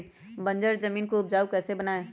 बंजर जमीन को उपजाऊ कैसे बनाय?